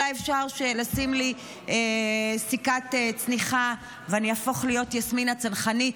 אולי אפשר לשים לי סיכת צניחה ואני אהפוך להיות יסמין הצנחנית?